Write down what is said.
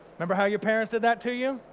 remember how your parents did that to you?